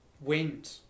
wind